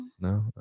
No